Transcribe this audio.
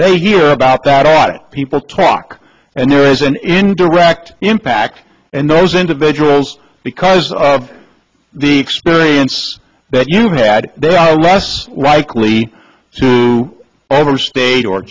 they hear about that audit people talk and there is an indirect impact and those individuals because of the experience that you had they are less likely to over